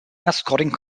escorting